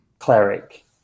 Cleric